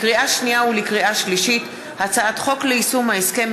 לקריאה שנייה ולקריאה שלישית: הצעת חוק ליישום ההסכם